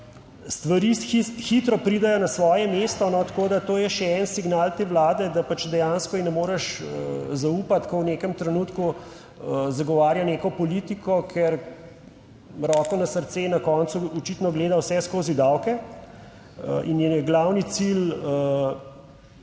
stvari hitro pridejo na svoje mesto, tako da to je še en signal te Vlade, da dejansko je ne moreš zaupati, ko v nekem trenutku zagovarja neko politiko, ker roko na srce, na koncu očitno gleda vse skozi davke in je glavni cilj,